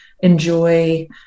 enjoy